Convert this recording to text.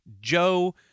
Joe